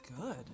good